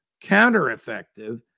counter-effective